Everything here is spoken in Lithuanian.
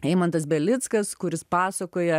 eimantas belickas kuris pasakoja